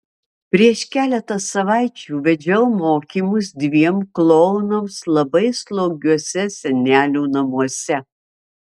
prieš keletą savaičių vedžiau mokymus dviem klounams labai slogiuose senelių namuose